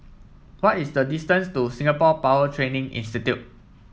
what is the distance to Singapore Power Training Institute